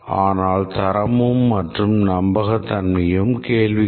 ஆனால் தரமும் மற்றும் நம்பகத்தன்மையும் கேள்விக்குறி